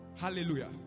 Hallelujah